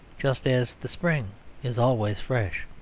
just as the spring is always fresh.